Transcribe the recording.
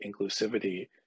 inclusivity